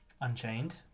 Unchained